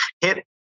hit